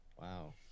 Wow